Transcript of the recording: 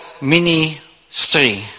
ministry